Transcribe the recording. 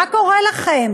מה קורה לכם?